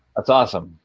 that's awesome.